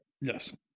yes